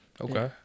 Okay